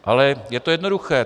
Ale je to jednoduché.